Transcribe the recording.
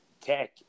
tech